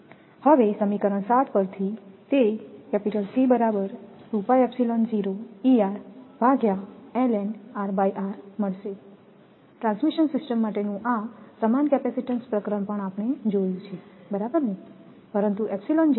હવે સમીકરણ 7 પરથી તે C બરાબર ટ્રાન્સમિશન સિસ્ટમ માટેનું આ સમાન કેપેસિટીન્સ પ્રકરણ પણ આપણે જોયું છે બરાબરને